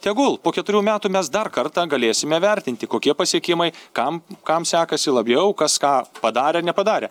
tegul po keturių metų mes dar kartą galėsime vertinti kokie pasiekimai kam kam sekasi labiau kas ką padarė nepadarė